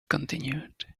continued